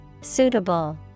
Suitable